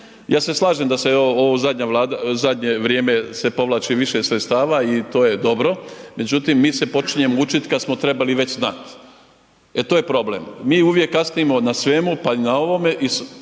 Ja se slažem da se u ovo zadnje vrijeme se povlači više sredstava i to je dobro, međutim, mi se počinjemo učit kad smo trebali već znat, e to je problem, mi uvijek kasnimo na svemu, pa i na ovome